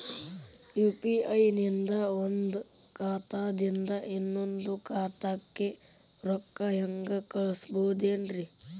UPI ನಿಂದ ಒಂದ್ ಖಾತಾದಿಂದ ಇನ್ನೊಂದು ಖಾತಾಕ್ಕ ರೊಕ್ಕ ಹೆಂಗ್ ಕಳಸ್ಬೋದೇನ್ರಿ?